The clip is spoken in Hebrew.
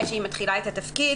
לפני שהיא מתחילה את התפקיד.